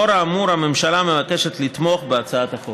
לאור האמור, הממשלה מבקשת לתמוך בהצעת החוק.